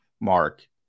mark